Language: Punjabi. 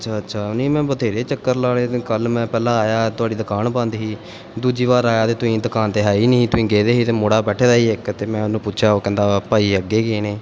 ਅੱਛਾ ਅੱਛਾ ਨਹੀਂ ਮੈਂ ਬਥੇਰੇ ਚੱਕਰ ਲਾ ਲਏ ਤਾਂ ਕੱਲ੍ਹ ਮੈਂ ਪਹਿਲਾਂ ਆਇਆ ਤੁਹਾਡੀ ਦੁਕਾਨ ਬੰਦ ਸੀ ਦੂਜੀ ਵਾਰ ਆਇਆ ਤਾਂ ਤੁਸੀਂ ਦੁਕਾਨ 'ਤੇ ਹੈ ਹੀ ਨਹੀਂ ਤੁਸੀਂ ਗਏ ਤੇ ਹੈ ਮੁੰਡਾ ਬੈਠਾ ਤਾਂ ਜੀ ਇੱਕ ਮੈਂ ਉਹਨੂੰ ਪੁੱਛਿਆ ਉਹ ਕਹਿੰਦਾ ਭਾਅ ਜੀ ਅੱਗੇ ਗਏ ਨੇ